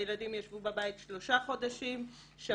הילדים ישבו בבית שלושה חודשים, שבתו.